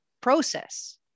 process